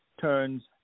turns